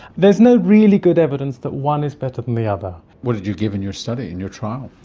there is no really good evidence that one is better than the other. what did you give in your study, in your trial?